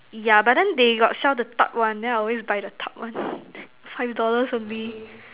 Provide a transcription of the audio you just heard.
yeah but then they got the sell the tub one then I always buy the tub one five dollars only